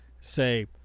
say